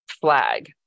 flag